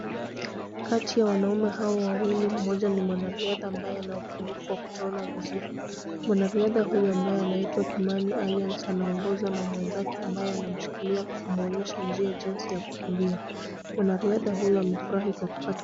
Kati ya wanaume hao wawili mmoja ni mwanariadha ambaye ana upungufu wa kutoona vizuri. Mwanariadha huyo ambaye anaitwa kimani anaongozwa na mwenzake ambaye anamshikilia mkono na kumwonyesha njia jinsi ya kukimbia. Mwanariadha huyo amefurahi kwa kupata.